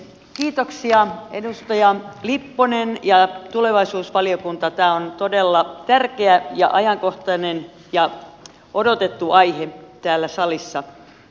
kiitoksia edustaja lipponen ja tulevaisuusvaliokunta tämä on todella tärkeä ja ajankohtainen ja odotettu aihe täällä salissa